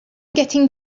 getting